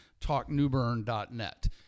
talknewburn.net